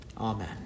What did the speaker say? Amen